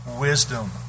wisdom